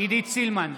עידית סילמן,